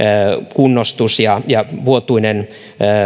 kunnostus ja ja vuotuinen